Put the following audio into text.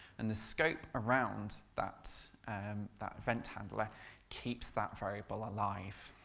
and the scope around that um that event handler keeps that variable alive.